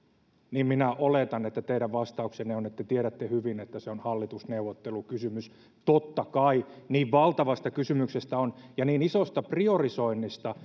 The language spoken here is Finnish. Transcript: niin minä oletan että teidän vastauksenne on että te tiedätte hyvin että se on hallitusneuvottelukysymys totta kai niin valtavasta kysymyksestä on kyse ja niin isosta priorisoinnista